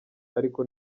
ariko